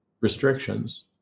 restrictions